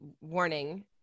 warning